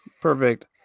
perfect